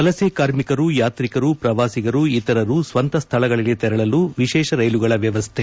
ವಲಸೆ ಕಾರ್ಮಿಕರು ಯಾತ್ರಿಕರು ಪ್ರವಾಸಿಗರು ಇತರರು ಸ್ವಂತ ಸ್ಲಳಗಳಿಗೆ ತೆರಳಲು ವಿಶೇಷ ರೈಲುಗಳ ವ್ಯವಸ್ಥೆ